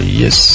yes